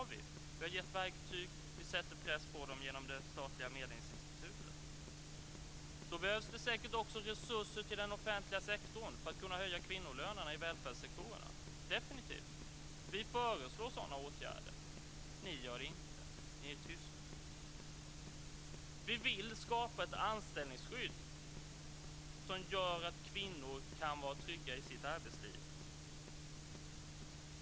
Vi har gett verktyg, och vi sätter press på parterna genom det statliga medlingsinstitutet. Det behövs säkert också resurser till den offentliga sektorn för att kunna höja kvinnolönerna i välfärdssektorerna. Det behövs det definitivt. Vi föreslår sådana åtgärder. Ni gör det inte. Ni är tysta. Vi vill skapa ett anställningsskydd som gör att kvinnor kan vara trygga i sitt arbetsliv.